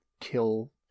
kill